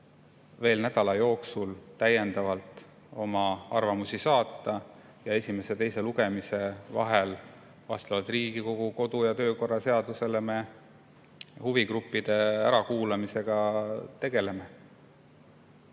veel nädala jooksul täiendavalt oma arvamusi saata. Ja esimese ja teise lugemise vahel me vastavalt Riigikogu kodu- ja töökorra seadusele huvigruppide ärakuulamisega tegeleme.